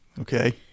Okay